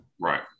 Right